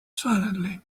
silently